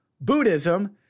Buddhism